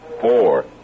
Four